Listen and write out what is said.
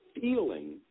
feeling